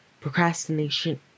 procrastination